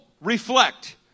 reflect